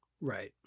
Right